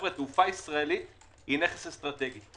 התעופה הישראלית היא נכס אסטרטגי,